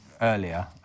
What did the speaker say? earlier